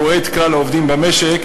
הרואה את כלל העובדים במשק.